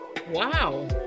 wow